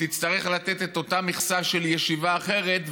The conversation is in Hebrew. תצטרך לתת אותה מכסה של ישיבה אחרת,